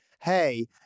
hey